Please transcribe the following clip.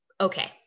okay